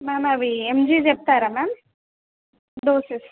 ma'am అవి mg చెప్తారా ma'am doses